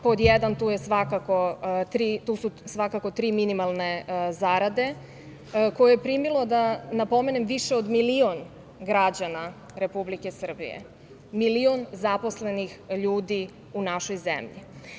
Pod jedan, tu su svakako tri minimalne zarade koje je primilo, da napomenem, više od milion građana Republike Srbije, milion zaposlenih ljudi u našoj zemlji.